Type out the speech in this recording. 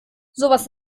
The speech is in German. sowas